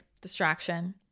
distraction